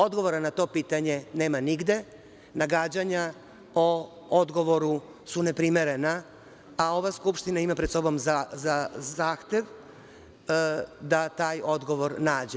Odgovora na to pitanje nema nigde, nagađanja o odgovoru su neprimerena, a ova Skupština ima pred sobom zahtev da taj odgovor nađe.